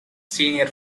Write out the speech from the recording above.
senior